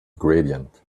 gradient